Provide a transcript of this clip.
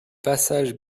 passage